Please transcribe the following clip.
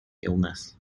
illness